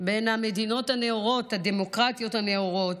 בין המדינות הדמוקרטיות הנאורות,